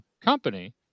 company